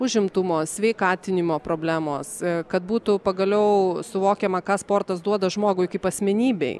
užimtumo sveikatinimo problemos kad būtų pagaliau suvokiama ką sportas duoda žmogui kaip asmenybei